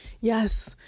yes